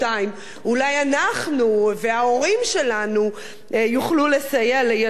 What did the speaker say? אולי אנחנו וההורים שלנו נוכל לסייע לילדינו,